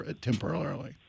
temporarily